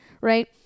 Right